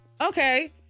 Okay